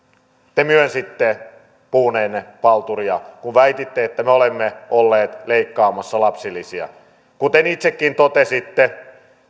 te myönsitte puhuneenne palturia kun väititte että me olemme olleet leikkaamassa lapsilisiä kuten itsekin totesitte